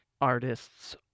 artists